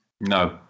No